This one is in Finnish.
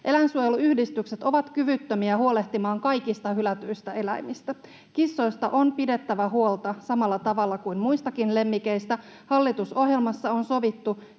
Eläinsuojeluyhdistykset ovat kyvyttömiä huolehtimaan kaikista hylätyistä eläimistä. Kissoista on pidettävä huolta samalla tavalla kuin muistakin lemmikeistä. Hallitusohjelmassa on sovittu